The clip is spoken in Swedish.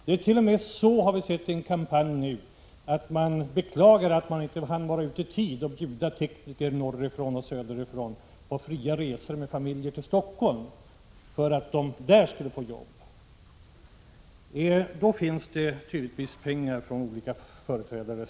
Det är t.o.m. så — det har vi sett i en kampanj — att man beklagar att man inte hann bjuda tekniker norrifrån och söderifrån med familjer på fria resor till Stockholm för att de där skulle få jobb. 35 Då finns det tydligen pengar från olika företrädare.